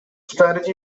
strategy